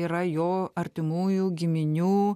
yra jo artimųjų giminių